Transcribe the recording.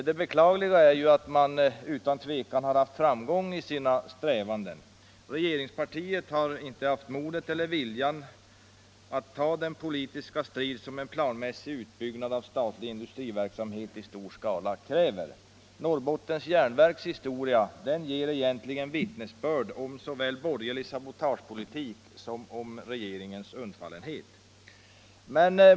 Det beklagliga är att man utan tvivel haft framgång i sina strävanden. Regeringspartiet har inte haft modet eller viljan att ta den politiska strid som en planmässig utbyggnad av statlig industriverksamhet i stor skala kräver. Norrbottens Järnverks historia ger vittnesbörd om såväl borgerlig sabotagepolitik som regeringens undfallenhet.